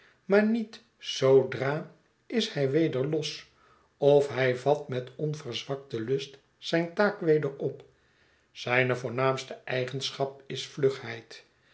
maar niet zoodra is hij weder los of hij vat met onverzwakten lust zijne taak weder op zijne voornaamste eigenschap is